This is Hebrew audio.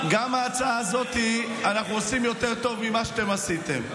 גם בהצעה הזאת אנחנו עושים יותר טוב ממה שאתם עשיתם.